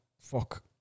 fuck